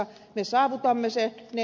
me saavutamme ne